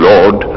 Lord